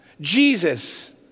Jesus